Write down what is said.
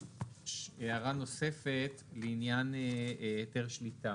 הערה נוספת לעניין היתר שליטה,